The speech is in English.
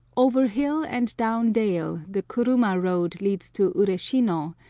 over hill and down dale the ku-ruma road leads to ureshino,